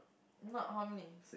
not how many